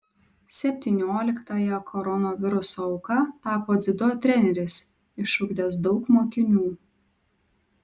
septynioliktąja koronaviruso auka tapo dziudo treneris išugdęs daug mokinių